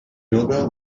nobel